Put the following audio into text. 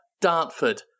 Dartford